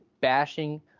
bashing